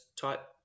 type